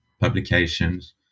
publications